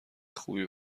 خوبی